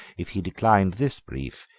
if he declined this brief,